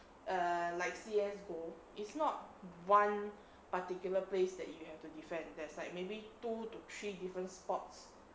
err like C_S_O it's not one particular place that you have to defend there's like maybe two to three different spots